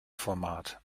format